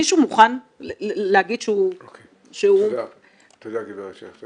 מישהו מוכן להגיד שהוא -- תודה גברת שכטר.